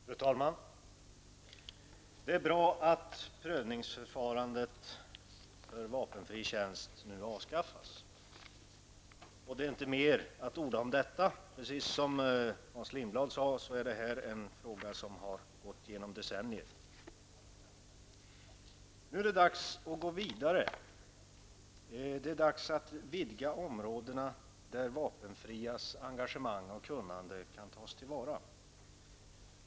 Fru talman! Det är bra att prövningsförfarandet för vapenfri tjänst nu avskaffas. Det finns inget mer att orda om detta. Precis som Hans Lindblad sade är det här en fråga som har funnits med i decennier. Nu är det dags att gå vidare. Det är dags att vidga de områden där de vapenfrias engagemang och kunnande kan tas till vara.